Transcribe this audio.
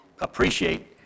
appreciate